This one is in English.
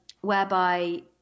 whereby